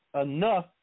enough